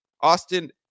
austin